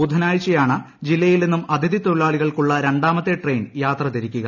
ബുധനാഴ്ചയാണ് ജില്ലയിൽ നിന്നും അതിഥി തൊഴിലാളികൾക്കുള്ള രണ്ടാമത്തെ ട്രെയിൻ യാത്ര തിരിക്കുക